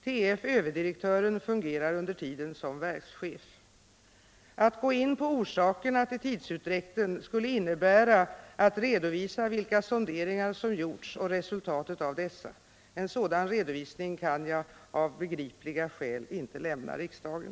Tillförordnade överdirektören fungerar under tiden som verkschef. Att gå in på orsakerna till tidsutdräkten skulle innebära en redovisning av vilka sonderingar som gjorts och resultatet av dessa. En sådan redovisning kan jag av begripliga skäl inte lämna riksdagen.